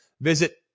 visit